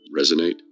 resonate